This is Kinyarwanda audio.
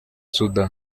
soudan